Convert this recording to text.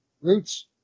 roots